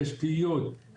תשתיות,